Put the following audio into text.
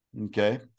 Okay